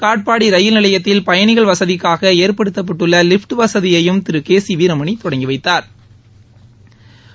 Katpadi rail நிலையத்தில் பயணிகள் வசதிக்காக ஏற்படுத்தப்பட்டுள்ள லிப்ட் வசதியையும் திரு கே சி வீரமணி தொடங்கி வைத்தாா்